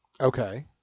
okay